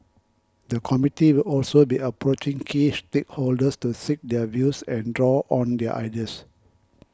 the committee will also be approaching key stakeholders to seek their views and draw on their ideas